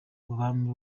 bami